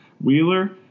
wheeler